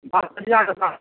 हँ सिरियाक साथ